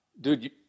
dude